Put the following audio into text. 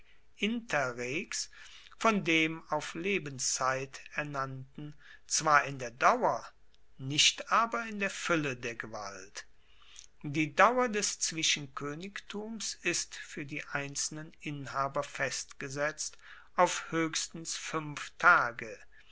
von dem auf lebenszeit ernannten zwar in der dauer nicht aber in der fuelle der gewalt die dauer des zwischenkoenigtums ist fuer die einzelnen inhaber festgesetzt auf hoechstens fuenf tage